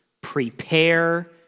prepare